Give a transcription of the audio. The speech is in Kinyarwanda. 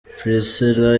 priscillah